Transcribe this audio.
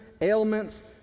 ailments